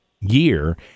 year